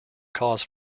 cause